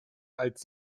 als